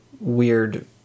weird